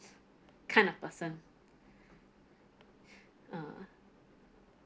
kind of person uh